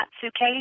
suitcase